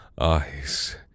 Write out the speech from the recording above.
eyes